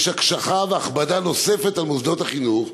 יש הקשחה והכבדה נוספת על מוסדות החינוך,